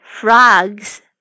frogs